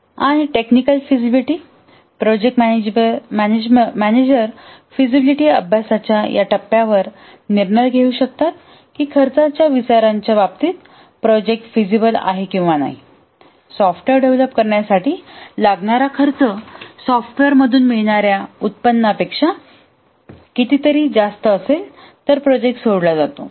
आणि technical feasibility project manager feasibility अभ्यासाच्या या टप्प्यावर निर्णय घेऊ शकतात की खर्चाच्या विचारांच्या बाबतीत प्रोजेक्ट फिजिबल आहे कि नाही सॉफ्टवेअर डेव्हलप करण्यासाठी लागणारा खर्च सॉफ्टवेअर मधून मिळणार्या उत्पन्नापेक्षा कितीतरी जास्त असेल तर प्रोजेक्ट सोडला जाईल